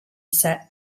sat